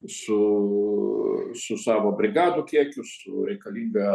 su su savo brigadų kiekiu su reikalinga